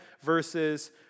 versus